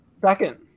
Second